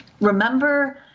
Remember